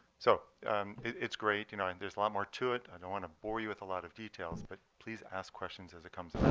so it's great. you know and there's lot more to it. i don't want to bore you with a lot of details. but please ask questions as it comes?